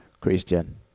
Christian